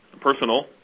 personal